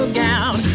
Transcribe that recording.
gown